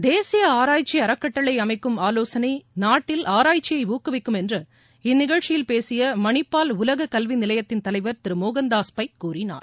தேசிய ஆராய்ச்சி அறக்கட்டளை அமைக்கும் ஆவோசனை நாட்டில் ஆராய்ச்சியை ஊக்குவிக்கும் என்று இந்த நிகழ்ச்சியில் பேசிய மணிபால் உலக கல்வி நிலையத்தின் தலைவர் திரு மோகன்தால் பை கூறினார்